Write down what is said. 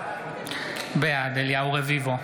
בעד אליהו רביבו,